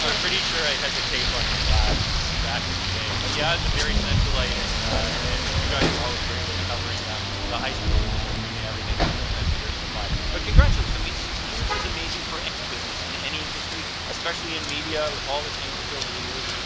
pretty sure i had the tape on my glasses back in the day, but yeah, was a barrie centralite and and you guys were always great about covering ah the high schools in this community, everything as ah as the years went by. but congratulations, i mean sixty years is amazing for any business, in any industry, especially in media with all the changes over the years.